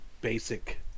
basic